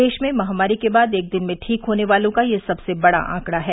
देश में महामारी के बाद एक दिन में ठीक होने वालों का यह सबसे बड़ा आंकड़ा है